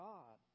God